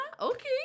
okay